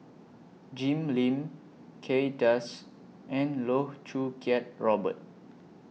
Jim Lim Kay Das and Loh Choo Kiat Robert